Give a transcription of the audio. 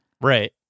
Right